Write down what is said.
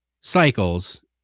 cycles